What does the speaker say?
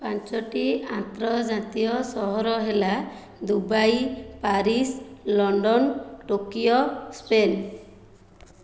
ପାଞ୍ଚଟି ଆନ୍ତର୍ଜାତୀୟ ସହର ହେଲା Dubai Paris London Tokyo Spain